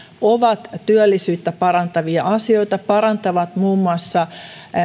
ovat työllisyyttä parantavia asioita ne parantavat muun muassa